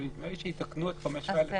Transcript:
נדמה לי שיתקנו את 5(א).